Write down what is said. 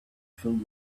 filled